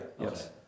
Yes